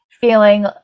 feeling